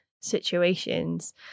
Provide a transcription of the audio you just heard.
situations